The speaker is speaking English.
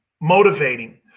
motivating